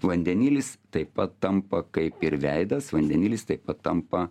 vandenilis taip pat tampa kaip ir veidas vandenilis taip pat tampa